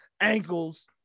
ankles